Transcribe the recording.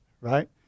Right